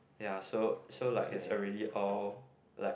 ya so so like is already all like